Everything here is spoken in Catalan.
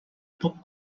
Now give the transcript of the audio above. poc